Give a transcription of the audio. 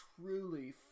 truly